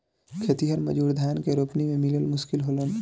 खेतिहर मजूर धान के रोपनी में मिलल मुश्किल होलन